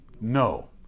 No